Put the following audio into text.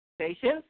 Patience